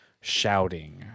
shouting